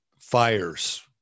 fires